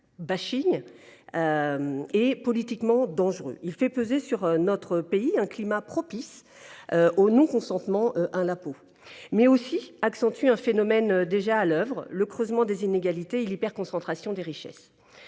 de est politiquement dangereux : il fait peser sur notre pays un climat propice au non-consentement à l’impôt, mais accentue aussi un phénomène déjà à l’œuvre : le creusement des inégalités et l’hyperconcentration des richesses.